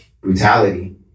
brutality